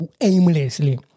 aimlessly